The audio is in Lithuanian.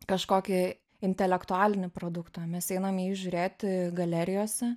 kažkokį intelektualinį produktą mes einame jį žiūrėti galerijose